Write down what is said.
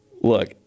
Look